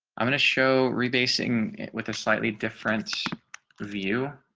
i'm going to show rebasing with a slightly different view.